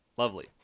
Lovely